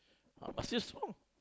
but still strong